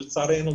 לצערנו,